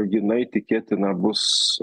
jinai tikėtina bus